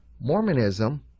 Mormonism